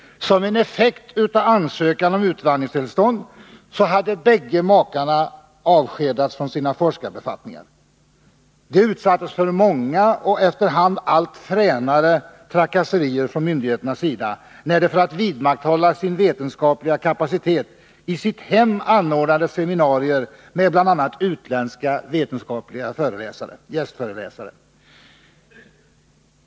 Som en effekt av ansökan om utvandringstillstånd hade båda makarna avskedats från sina forskarbefattningar. De utsattes för många och efter hand allt fränare trakasserier från myndigheternas sida, när de för att vidmakthålla sin vetenskapliga kapacitet i sitt hem anordnade seminarier med bl.a. utländska, vetenskapliga gästföreläsare.